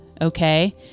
okay